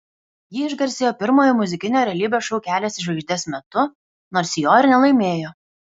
ji išgarsėjo pirmojo muzikinio realybės šou kelias į žvaigždes metu nors jo ir nelaimėjo